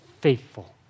faithful